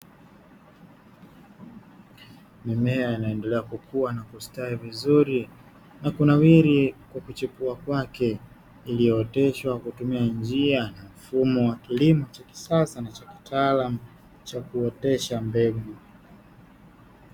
Mimea inaendelea kukua na kustawi vizuri na kunawiri kwa kuchipua kwake, iliyooteshwa kwa kutumia njia ya mfumo wa kilimo cha kisasa na cha kitaalamu cha kuotesha mbegu.